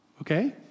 Okay